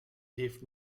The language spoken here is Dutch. heeft